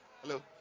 Hello